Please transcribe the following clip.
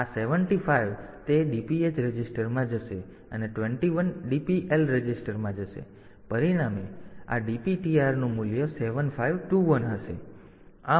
તેથી આ 75 તે DPH રજિસ્ટરમાં જશે અને 21 DPL રજિસ્ટરમાં જશે પરિણામે આ DPTR નું મૂલ્ય 7 5 2 1 હશે